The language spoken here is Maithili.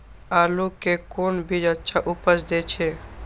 आलू के कोन बीज अच्छा उपज दे छे?